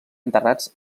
enterrats